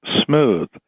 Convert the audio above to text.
smooth